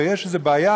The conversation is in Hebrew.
ויש איזו בעיה.